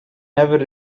never